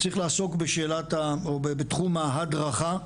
צריך לעסוק בשאלת, או בתחום ההדרכה,